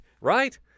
Right